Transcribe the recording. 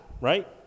right